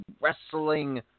wrestling